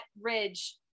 ridge